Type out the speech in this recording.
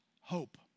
hope